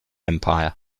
empire